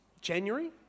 January